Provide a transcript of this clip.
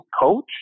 coach